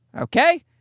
okay